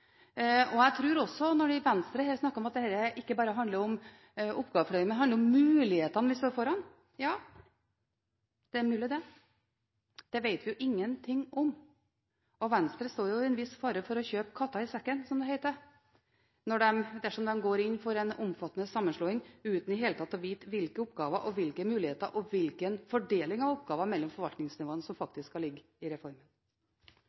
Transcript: Når Venstre snakket om at dette ikke bare handler om oppgavefordeling, men at det handler om mulighetene vi står foran, så er det mulig, det. Det vet vi ingenting om, og Venstre står jo i en viss fare for å kjøpe katta i sekken, som det heter, dersom de går inn for en omfattende sammenslåing uten i det hele tatt å vite hvilke oppgaver, hvilke muligheter og hvilken fordeling av oppgaver mellom forvaltningsnivåene som faktisk skal ligge i reformen.